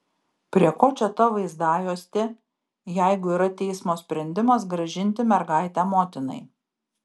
prie ko čia ta vaizdajuostė jeigu yra teismo sprendimas grąžinti mergaitę motinai